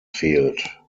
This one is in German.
fehlt